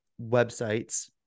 websites